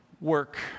Work